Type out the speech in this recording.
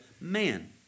man